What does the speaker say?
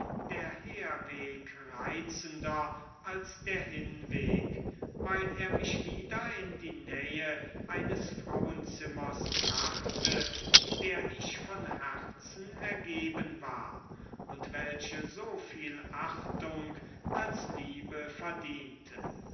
der herweg reizender als der hinweg weil er mich wieder in die nähe eines frauenzimmers brachte der ich von herzen ergeben war und welche so viel achtung als liebe verdiente